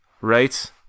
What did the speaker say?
right